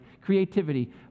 Creativity